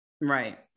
Right